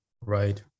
Right